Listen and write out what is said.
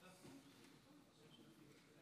טוב, בשעה